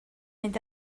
mynd